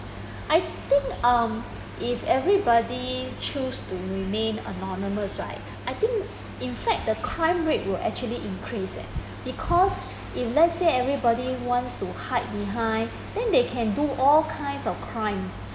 I think um if everybody choose to remain anonymous right I think in fact the crime rate would actually increase eh because if let's say everybody wants to hide behind then they can do all kinds of crimes